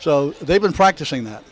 so they've been practicing that